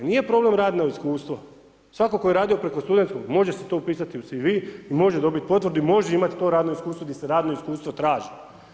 Nije problem radno iskustvo, svatko tko je radio preko studentskog, može si to upisati u CV i može dobiti potvrdu i može imati to radno iskustvo gdje se radno iskustvo traži.